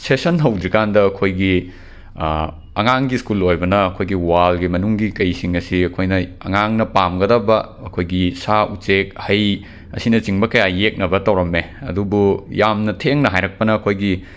session ꯍꯧꯗ꯭ꯔꯤꯀꯥꯟꯗ ꯑꯩꯈꯣꯏꯒꯤ ꯑꯉꯥꯡꯒꯤ ꯁ꯭ꯀꯨꯜ ꯑꯣꯏꯕꯅ ꯑꯩꯈꯣꯏꯒꯤ ꯋꯥꯜꯒꯤ ꯃꯅꯨꯡꯒꯤ ꯀꯩꯁꯤꯡ ꯑꯁꯦ ꯑꯩꯈꯣꯏꯅ ꯑꯉꯥꯡꯅ ꯄꯥꯝꯒꯗꯕ ꯑꯩꯈꯣꯏꯒꯤ ꯁꯥ ꯎꯆꯦꯛ ꯍꯩ ꯑꯁꯤꯅꯆꯤꯡꯕ ꯀꯌꯥ ꯌꯦꯛꯅꯕ ꯇꯧꯔꯝꯃꯦ ꯑꯗꯨꯕꯨ ꯌꯥꯝꯅ ꯊꯦꯡꯅ ꯍꯥꯏꯔꯛꯄꯅ ꯑꯩꯈꯣꯏꯒꯤ